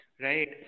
right